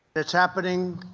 it's happening,